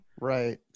right